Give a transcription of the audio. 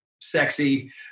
sexy